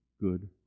good